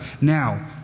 Now